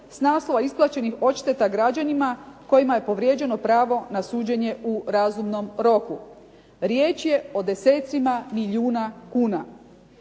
s naslova isplaćenih odšteta građanima kojima je povrijeđeno pravo na suđenje u razumnom roku. Riječ je o desecima milijuna kuna.